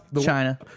China